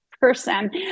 person